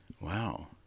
Wow